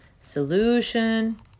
solution